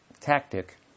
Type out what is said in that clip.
tactic